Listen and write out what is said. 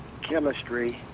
chemistry